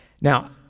Now